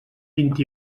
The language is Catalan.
vint